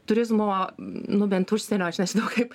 turizmo nu bent užsienio aš nežinau kaip